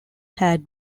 had